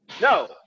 No